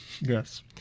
Yes